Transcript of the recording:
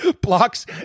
blocks